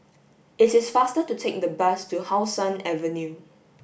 it is faster to take the bus to How Sun Avenue